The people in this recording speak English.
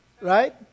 Right